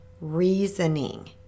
reasoning